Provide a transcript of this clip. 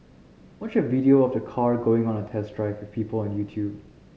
watch a video of the car going on a test drive with people on YouTube